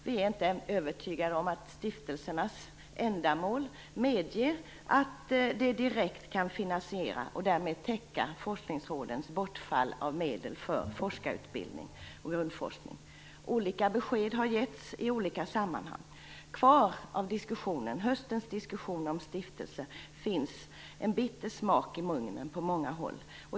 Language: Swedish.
Vi är inte övertygade om att stiftelsernas ändamål medger att stiftelserna direkt kan finansiera och därmed täcka forskningsrådens bortfall av medel för forskarutbildning och grundforskning. Olika besked har getts i olika sammanhang. Kvar av höstens diskussioner om stiftelser finns en bitter smak i munnen på många håll.